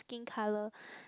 skin colour